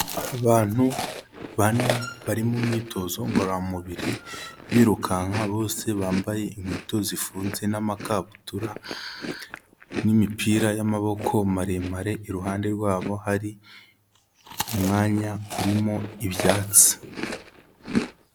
Abantu bane bari mu myitozo ngororamubiri, birukanka bose bambaye inkweto zifunze n'amakabutura, n'imipira y'amaboko maremare, iruhande rwabo hari umwanya urimo ibyatsi.